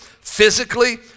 physically